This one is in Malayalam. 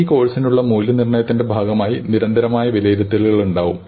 ഈ കോഴ്സിനുള്ള മൂല്യനിർണ്ണയത്തിന്റെ ഭാഗമായി നിരന്തരമായ വിലയിരുത്തലുകൾ ഉണ്ടാകും